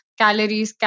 calories